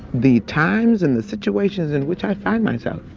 the times and the situations in which i find myself.